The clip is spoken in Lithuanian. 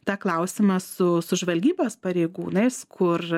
tą klausimą su su žvalgybos pareigūnais kur